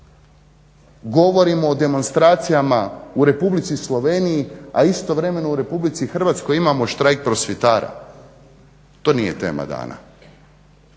govorimo o demonstracijama u Republici Sloveniji, a istovremeno u RH imamo štrajk prosvjetara, to nije tema dana.